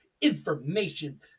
information